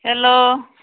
hello